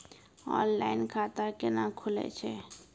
Online खाता केना खुलै छै?